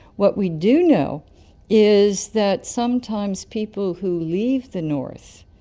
what we do know is that sometimes people who leave the north,